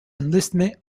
enlistment